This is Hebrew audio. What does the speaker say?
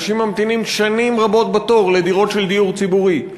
אנשים ממתינים שנים רבות בתור לדירות של דיור ציבורי,